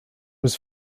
was